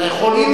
אבל לא לומר,